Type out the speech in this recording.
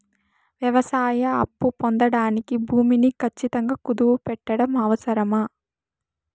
వ్యవసాయ అప్పు పొందడానికి భూమిని ఖచ్చితంగా కుదువు పెట్టడం అవసరమా?